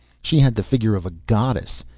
she had the figure of a goddess,